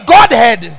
Godhead